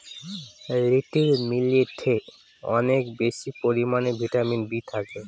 little মিলেটে অনেক বেশি পরিমানে ভিটামিন বি থাকে